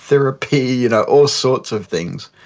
therapy, you know all sorts of things,